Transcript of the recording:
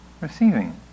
receiving